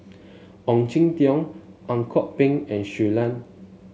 Ong Jin Teong Ang Kok Peng and Shui Lan